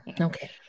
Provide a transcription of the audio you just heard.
Okay